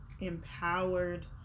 empowered